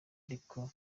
ariko